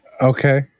Okay